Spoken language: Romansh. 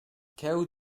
cheu